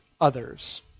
others